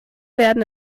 werden